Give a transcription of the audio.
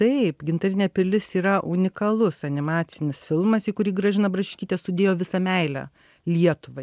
taip gintarinė pilis yra unikalus animacinis filmas į kurį gražina brašiškytė sudėjo visą meilę lietuvai